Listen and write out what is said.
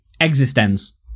Existence